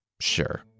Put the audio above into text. Sure